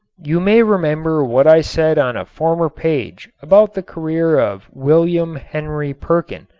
you may remember what i said on a former page about the career of william henry perkin,